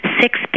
six